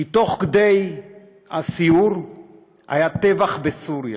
כי תוך כדי הסיור היה טבח בסוריה,